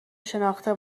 شناخته